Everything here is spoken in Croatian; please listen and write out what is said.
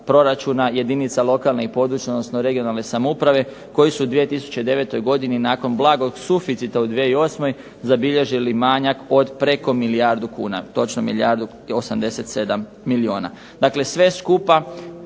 jedinica lokalne i područne odnosno regionalne samouprave koji su u 2009. godini nakon blagog suficita u 2008. zabilježili manjak od preko milijardu kuna, točno milijardu i 87 milijuna.